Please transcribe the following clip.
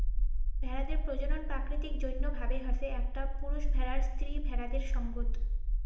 ভেড়াদের প্রজনন প্রাকৃতিক জইন্য ভাবে হসে একটা পুরুষ ভেড়ার স্ত্রী ভেড়াদের সঙ্গত